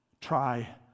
Try